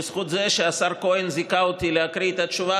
בזכות זה שהשר כהן זיכה אותי להקריא את התשובה